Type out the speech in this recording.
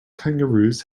kangaroos